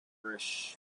irish